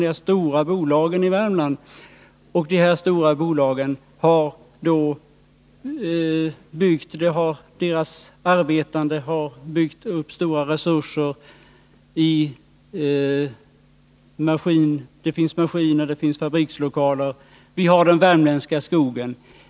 De arbetande i de stora bolagen i Värmland har byggt upp stora resurser i form av bl.a. maskiner och fabrikslokaler, och vi har dessutom den värmländska skogen.